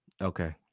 okay